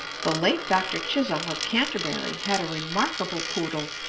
the late dr. chisholm of canterbury had a remarkable poodle,